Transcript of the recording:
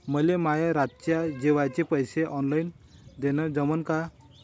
मले माये रातच्या जेवाचे पैसे ऑनलाईन देणं जमन का?